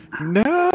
No